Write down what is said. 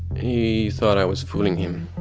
he thought i was fooling him.